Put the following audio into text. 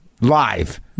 Live